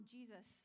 Jesus